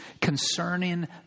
concerning